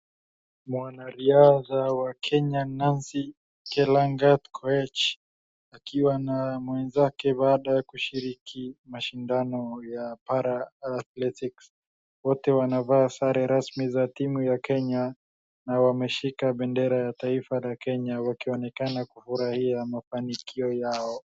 Mwanariadha wa Kenya Nancy Chelangat Koech akiwa na mwenzake baada ya kushiriki mashindano ya Para athletics .Wote wanaava sare rasmi za timu ya Kenya na wameshika bendera la taifa ya Kenya na wanaonekana kufurahia mafanikio yao.